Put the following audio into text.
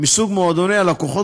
מסוג מועדוני הלקוחות,